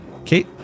Okay